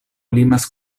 limas